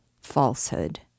falsehood